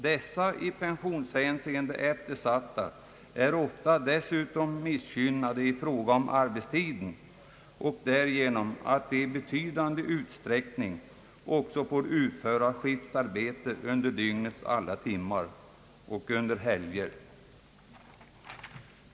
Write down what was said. Dessa i pensionshänseende eftersatta är ofta dessutom missgynnade i fråga om arbetstiden och därigenom att de i betydande utsträckning får utföra skiftarbete under dygnets alla timmar och under helger.